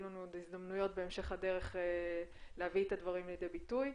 לנו עוד הזדמנויות בהמשך הדרך להביא את הדברים לידי ביטוי.